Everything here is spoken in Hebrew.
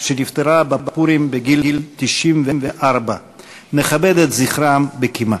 שנפטרה בפורים בגיל 94. נכבד את זכרם בקימה.